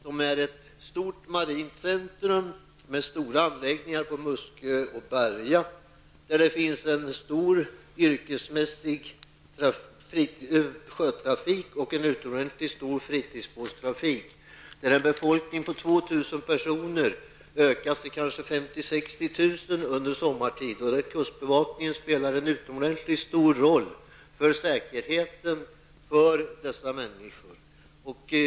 I den ligger ett stort marint centrum med omfattande anläggningar på Muskö och Berga, och där förkommer en stor yrkesmässig sjötrafik och en utomordentlig livlig fritidsbåtstrafik. En befolkning på 2 000 personer ökar sommartid till kanske 50 000--60 000, och kustbevakningen spelar en utomordentligt stor roll för säkerheten för dessa människor.